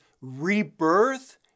rebirth